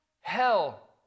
hell